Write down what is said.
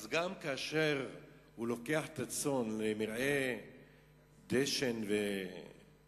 אז גם כאשר הוא לוקח את הצאן למרעה דשן וטוב,